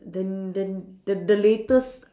then then the the latest